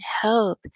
health